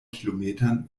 kilometern